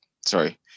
sorry